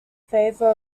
favor